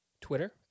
Twitter